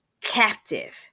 captive